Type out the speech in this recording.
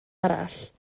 arall